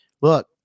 look